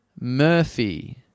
Murphy